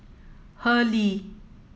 Hurley